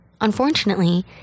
Unfortunately